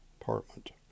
Apartment